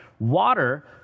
water